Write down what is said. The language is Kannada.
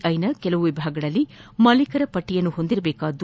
ಐನ ಕೆಲವು ವಿಭಾಗಗಳಲ್ಲಿ ಮಾಲೀಕರ ಪಟ್ಲಿಯನ್ನು ಹೊಂದಿರಬೇಕಾದ್ದು